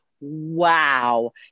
wow